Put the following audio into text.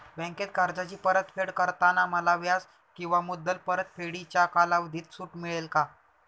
बँकेत कर्जाची परतफेड करताना मला व्याज किंवा मुद्दल परतफेडीच्या कालावधीत सूट मिळेल का?